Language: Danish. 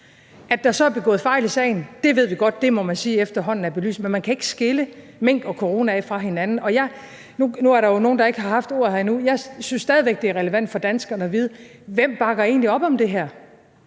At der så er begået fejl i sagen, ved vi godt. Det må man sige efterhånden er belyst. Men man kan ikke skille mink og corona ad. Nu er der jo nogle, der ikke har haft ordet her endnu, og jeg vil sige, at jeg stadig væk synes, det er relevant for danskerne at vide, hvem der egentlig bakker op om det her.